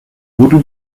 voodoo